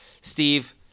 Steve